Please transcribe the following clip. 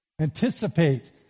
Anticipate